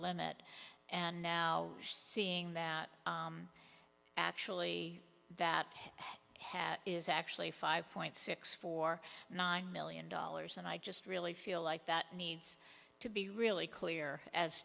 limit and now seeing that actually that hat is actually five point six four nine million dollars and i just really feel like that needs to be really clear as